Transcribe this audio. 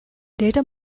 data